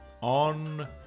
On